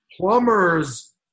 plumbers